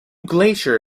glacier